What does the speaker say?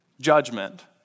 judgment